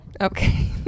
Okay